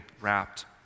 wrapped